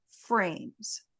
frames